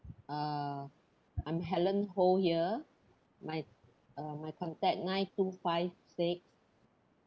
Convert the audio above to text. uh I'm helen ho here my uh my contact nine two five six